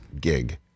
gig